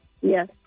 Yes